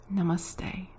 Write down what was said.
Namaste